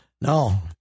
No